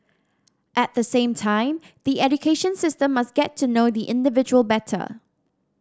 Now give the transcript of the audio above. at the same time the education system must get to know the individual better